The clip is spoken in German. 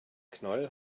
knoll